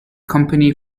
company